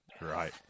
right